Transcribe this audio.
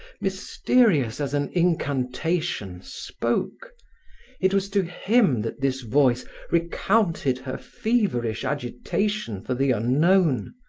mysterious as an incantation, spoke it was to him that this voice recounted her feverish agitation for the unknown,